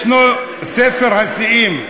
ישנו ספר השיאים,